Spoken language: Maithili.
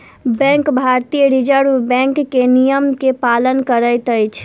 बैंक भारतीय रिज़र्व बैंक के नियम के पालन करैत अछि